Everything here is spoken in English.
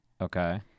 Okay